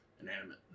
inanimate